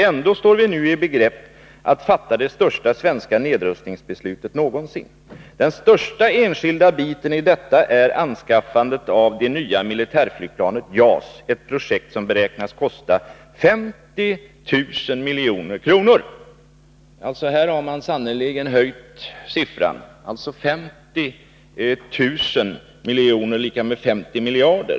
Ändå står vi nu i begrepp att fatta det största svenska upprustningsbeslutet någonsin. Den största enskilda biten i detta är anskaffandet av det nya militärflygplanet JAS, ett projekt som beräknas kosta 50 000 milj.kr.” Här har man sannerligen höjt beloppet. 50 000 miljoner är alltså lika med 50 miljarder.